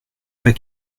pas